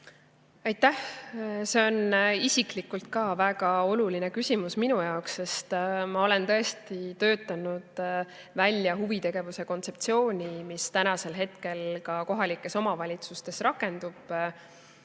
Aitäh! See on isiklikult väga oluline küsimus minu jaoks, sest ma olen töötanud välja huvitegevuse kontseptsiooni, mis praegu kohalikes omavalitsustes rakendub. Selle